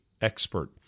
expert